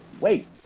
wait